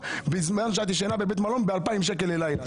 בזמן שאת ישנה בבית ממלון שעולה 2,000 שקלים ללילה.